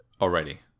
already